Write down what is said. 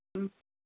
ம்